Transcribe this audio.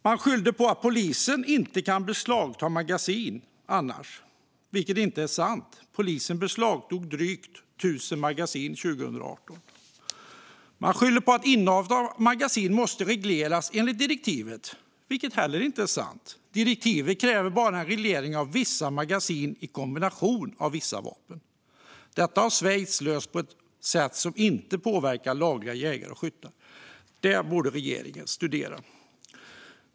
Man skyller på att polisen annars inte kan beslagta magasin, vilket inte är sant. Polisen beslagtog drygt tusen magasin 2018. Man skyller på att innehav av magasin måste regleras enligt direktivet, vilket inte heller är sant. Direktivet kräver bara en reglering av vissa magasin i kombination med vissa vapen. Detta har Schweiz löst på ett sätt som inte påverkar lagliga jägare och skyttar. Det borde regeringen studera.